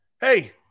hey